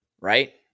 right